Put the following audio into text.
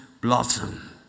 blossom